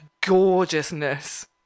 gorgeousness